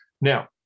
Now